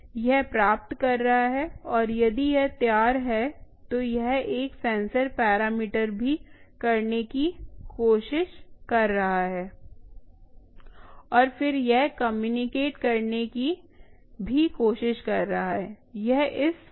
यह प्राप्त कर रहा है और यदि यह तैयार है तो यह एक सेंसर पैरामीटर भी करने की कोशिश कर रहा है और फिर यह कम्यूनिकेट करने की भी कोशिश कर रहा है